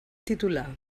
titular